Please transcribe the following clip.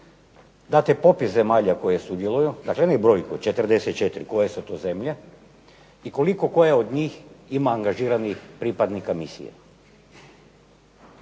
date popis zemalja koje sudjeluju. Dakle, ne brojku 44 koje su to zemlje i koliko koja od njih ima angažiranih pripadnika misije.